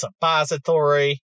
suppository